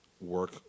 work